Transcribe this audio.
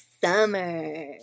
summer